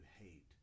hate